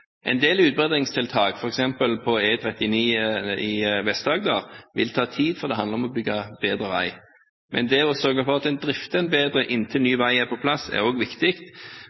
En del utbedringstiltak, f.eks. på E39 i Vest-Agder, vil ta tid, for det handler om å bygge bedre vei. Men det å sørge for at en drifter den bedre inntil ny vei er på plass, er også viktig,